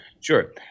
Sure